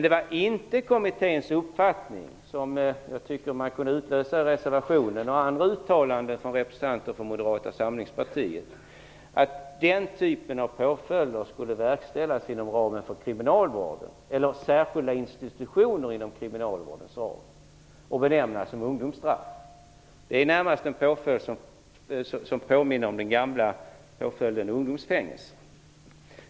Tvärtemot vad jag tycker man kunde utläsa ur reservationen och andra uttalanden från representanter för Moderata samlingspartiet var det dock inte kommitténs uppfattning att den typen av påföljder skulle verkställas inom ramen för kriminalvården, eller särskilda institutioner inom kriminalvårdens area, och benämnas ungdomsstraff. Det är närmast en påföljd som påminner om den gamla påföljden ungdomsfängelse.